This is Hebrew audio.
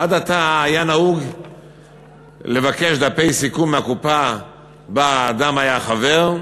עד עתה היה נהוג לבקש דפי סיכום מהקופה שבה האדם היה חבר,